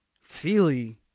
Feely